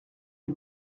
eût